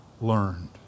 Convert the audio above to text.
learned